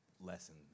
lesson